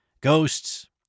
Ghosts